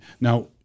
Now